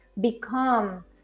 become